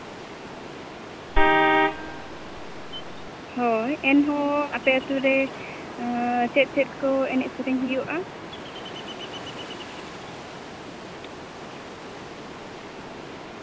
ᱦᱳᱭ ᱮᱱᱦᱚᱸ ᱟᱯᱮ ᱟᱹᱛᱩ ᱨᱮ ᱪᱮᱫ ᱪᱮᱫ ᱠᱚ ᱮᱱᱮᱡ ᱥᱮᱨᱮᱧ ᱦᱩᱭᱩᱜᱼᱟ